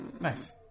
Nice